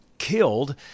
killed